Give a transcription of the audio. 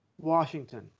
Washington